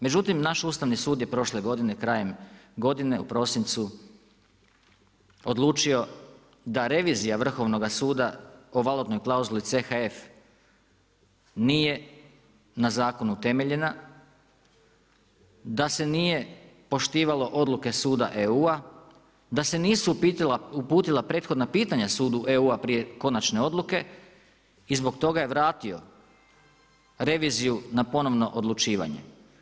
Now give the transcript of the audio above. Međutim naš Ustavni sud je prošle godine krajem godine u prosincu odlučio da revizija Vrhovnoga suda o valutnoj klauzuli CHF nije na zakonu utemeljena, da se nije poštivalo odluke Suda EU-a, da se nisu uputila prethodna pitanja Sudu EU-a prije konačne odluke i zbog toga je vratio reviziju na ponovno odlučivanje.